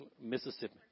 Mississippi